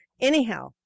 Anyhow